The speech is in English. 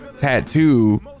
Tattoo